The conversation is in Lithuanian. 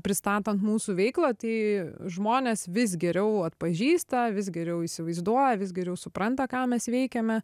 pristatant mūsų veiklą tai žmonės vis geriau atpažįsta vis geriau įsivaizduoja vis geriau supranta ką mes veikiame